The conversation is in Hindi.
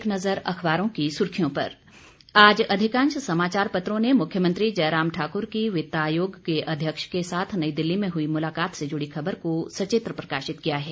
एक नज़र अखबारों की सुर्खियों पर आज अधिकांश समाचार पत्रों ने मुख्यमंत्री जयराम ठाकुर की वितायोग के अध्यक्ष के साथ नई दिल्ली में हुई मुलाकात से जुड़ी खबर को सचित्र प्रकाशित किया है